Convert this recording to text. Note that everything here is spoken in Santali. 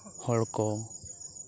ᱦᱚᱲ ᱠᱚ